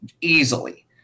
easily